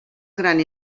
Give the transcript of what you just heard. gran